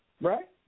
Right